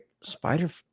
Spider